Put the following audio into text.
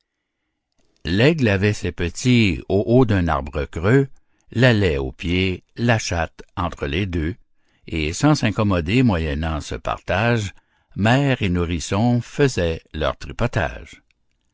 l'aigle avait ses petits au haut d'un arbre creux la laie au pied la chatte entre les deux et sans s'incommoder moyennant ce partage mères et nourrissons faisaient leur tripotage